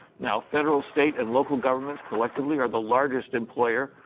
now, federal, state and local governments collectively are the largest employer,